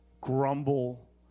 Grumble